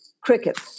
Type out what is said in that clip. cricket